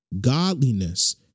godliness